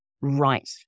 right